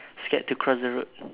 scared to cross the road